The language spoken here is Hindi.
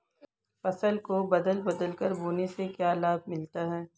फसल को बदल बदल कर बोने से क्या लाभ मिलता है?